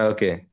Okay